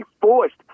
forced